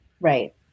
Right